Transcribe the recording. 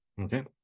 Okay